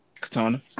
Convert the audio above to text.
Katana